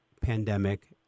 pandemic